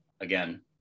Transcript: again